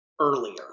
earlier